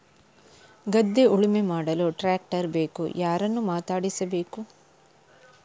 ಗದ್ಧೆ ಉಳುಮೆ ಮಾಡಲು ಟ್ರ್ಯಾಕ್ಟರ್ ಬೇಕು ಯಾರನ್ನು ಮಾತಾಡಿಸಬೇಕು?